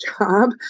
job